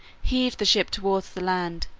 heaved the ship towards the land,